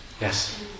Yes